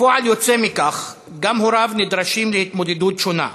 כפועל יוצא מכך, גם הוריו נדרשים להתמודדות שונה,